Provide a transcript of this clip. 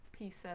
P7